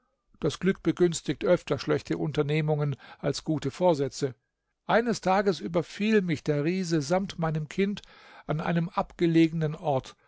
das glück begünstigt öfter schlechte unternehmungen als gute vorsätze eines tages überfiel mich der riese samt meinem kind an einem abgelegenen ort